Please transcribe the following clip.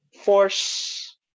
force